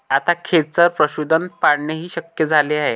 आता खेचर पशुधन पाळणेही शक्य झाले आहे